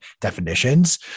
definitions